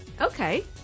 Okay